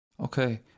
Okay